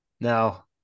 Now